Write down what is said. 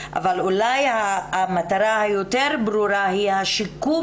אבל אולי המטרה היותר ברורה היא השיקום